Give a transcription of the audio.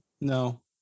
no